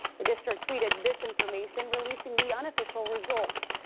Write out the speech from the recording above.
the district tweeted this information releasing the unofficial results.